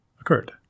occurred